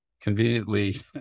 conveniently